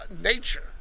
nature